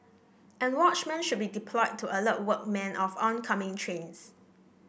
and watchmen should be deployed to alert workmen of oncoming trains